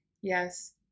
Yes